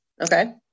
okay